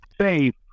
safe